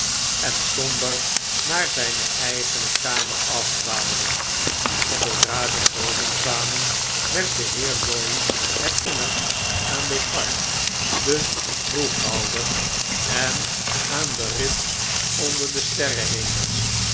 en somber naar zgne eigene kamer afdwaalde zoodra zij boven kwamen werd de heer lorry herinnerd aan defarge den kroeghouder en aan den rit onder den